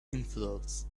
infidels